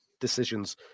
decisions